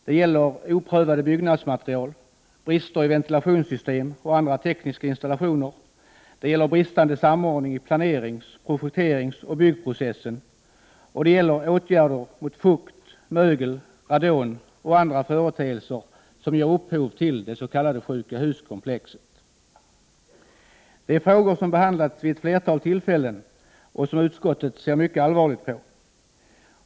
Det gäller oprövade byggnadsmaterial, brister i ventilationssystem och andra tekniska installationer, det gäller bristande samordning i planerings-, projekteringsoch byggprocessen och det gäller åtgärder mot fukt, mögel, radon och andra företeelser som ger upphov till det s.k. sjukahus-komplexet. Det är frågor som behandlats vid ett flertal tillfällen och som utskottet ser mycket allvarligt på.